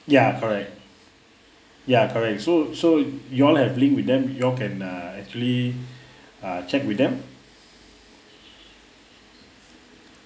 ya correct ya correct so so you all have link with them you all can uh actually uh check with them